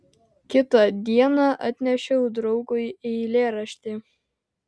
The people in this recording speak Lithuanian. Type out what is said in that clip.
kitą dieną atnešiau draugui eilėraštį